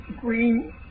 Green